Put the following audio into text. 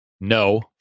No